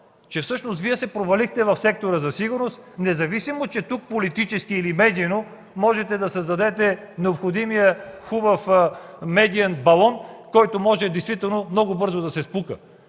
че всъщност Вие се провалихте в сектора за сигурност, независимо че тук политически или медийно можете да създадете необходимия хубав медиен балон, но той може действително много бързо да се спука.